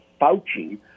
Fauci